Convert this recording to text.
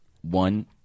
one